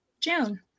June